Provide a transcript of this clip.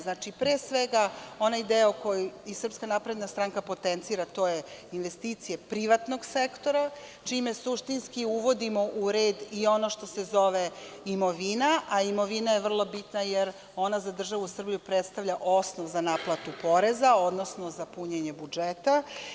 Znači, pre svega onaj deo koji i SNS potencira, a to su investicije privatnog sektora, čime suštinski uvodimo u red i ono što se zove imovina, a imovina je vrlo bitna jer ona za državu Srbiju predstavlja osnov za naplatu poreza, odnosno za punjenje budžeta.